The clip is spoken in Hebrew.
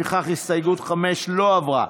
לפיכך הסתייגות 5 לא עברה.